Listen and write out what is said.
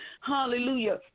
hallelujah